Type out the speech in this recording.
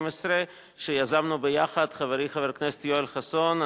אלקין, בבקשה, בשם יושב-ראש ועדת חוץ וביטחון.